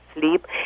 sleep